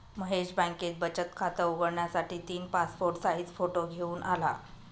महेश बँकेत बचत खात उघडण्यासाठी तीन पासपोर्ट साइज फोटो घेऊन आला